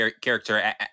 character